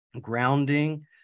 grounding